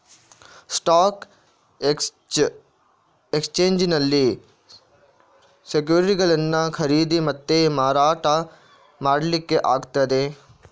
stock ಎಕ್ಸ್ಚೇಂಜಿನಲ್ಲಿ ಸೆಕ್ಯುರಿಟಿಗಳನ್ನ ಖರೀದಿ ಮತ್ತೆ ಮಾರಾಟ ಮಾಡ್ಲಿಕ್ಕೆ ಆಗ್ತದೆ